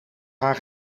haar